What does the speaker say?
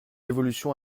évolution